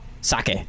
Sake